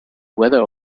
weather